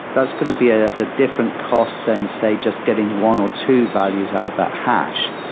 that's going to be ah the different cost than, say, just getting one or two values out of that hash.